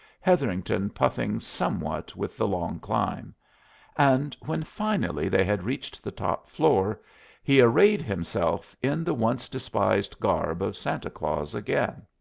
hetherington puffing somewhat with the long climb and when finally they had reached the top floor he arrayed himself in the once despised garb of santa claus again.